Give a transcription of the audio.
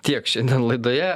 tiek šiandien laidoje